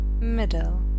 middle